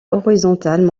horizontales